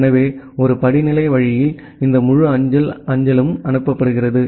எனவே ஒரு படிநிலை வழியில் இந்த முழு அஞ்சல் அஞ்சலும் அனுப்பப்படுகிறது